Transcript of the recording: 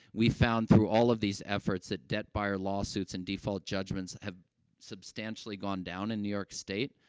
we found, through all of these efforts, that debt buyer lawsuits and default judgments have substantially gone down in new york state,